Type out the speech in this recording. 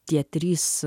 tie trys